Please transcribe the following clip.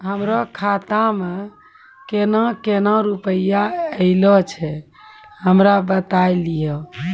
हमरो खाता मे केना केना रुपैया ऐलो छै? हमरा बताय लियै?